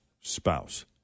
spouse